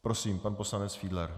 Prosím, pan poslanec Fiedler.